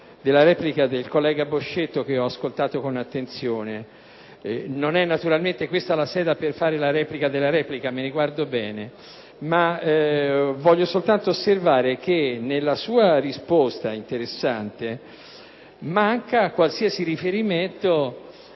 pregiudiziale del collega Boscetto che ho ascoltato con attenzione. Non è naturalmente questa la sede per fare la replica della replica (me ne guardo bene), ma voglio soltanto osservare che nella sua interessante risposta manca qualsiasi cenno